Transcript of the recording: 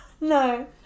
No